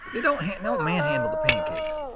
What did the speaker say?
don't don't manhandle the pancakes.